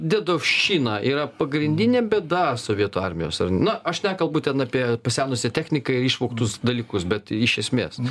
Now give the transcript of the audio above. dedovščina yra pagrindinė bėda sovietų armijos ar na aš nekalbu ten apie pasenusią techniką ir išvoktus dalykus bet iš esmės